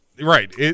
Right